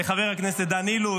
לחבר הכנסת דן אילוז,